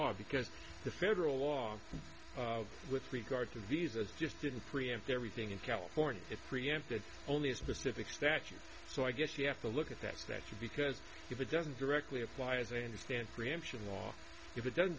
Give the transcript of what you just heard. law because the federal law with regard to visas just didn't preempt everything in california it preempted only a specific statute so i guess you have to look at that that you because if it doesn't directly apply as i understand preemption law if it doesn't